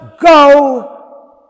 go